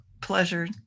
pleasure